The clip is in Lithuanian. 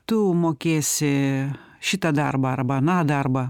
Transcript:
tu mokėsi šitą darbą arba aną darbą